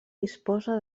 disposa